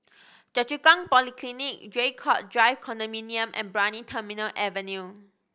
Choa Chu Kang Polyclinic Draycott Drive Condominium and Brani Terminal Avenue